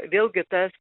vėlgi tas